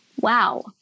Wow